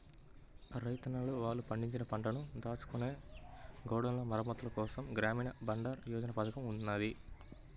రైతన్నలు వాళ్ళు పండించిన పంటను దాచుకునే గోడౌన్ల మరమ్మత్తుల కోసం గ్రామీణ బండారన్ యోజన అనే పథకం ఉన్నది